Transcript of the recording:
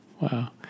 Wow